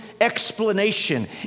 explanation